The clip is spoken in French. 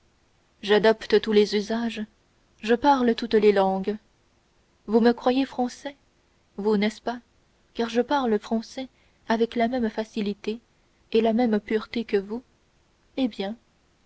j'adopte tous les usages je parle toutes les langues vous me croyez français vous n'est-ce pas car je parle français avec la même facilité et la même pureté que vous eh bien